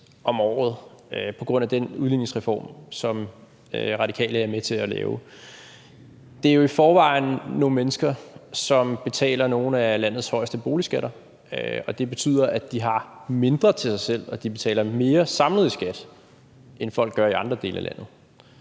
om året på grund af den udligningsreform, som Radikale Venstre er med til at lave. Det er jo i forvejen nogle mennesker, som betaler nogle af landets højeste boligskatter, og det betyder, at de har mindre til sig selv, og at de samlet betaler mere i skat, end folk gør i andre dele af landet.